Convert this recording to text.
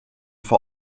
vor